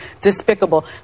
despicable